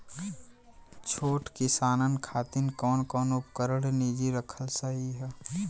छोट किसानन खातिन कवन कवन उपकरण निजी रखल सही ह?